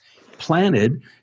planted